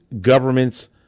government's